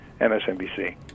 MSNBC